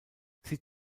sie